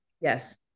Yes